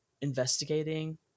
investigating